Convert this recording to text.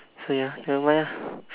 so ya nevermind ah